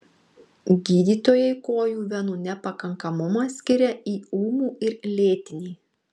gydytojai kojų venų nepakankamumą skiria į ūmų ir lėtinį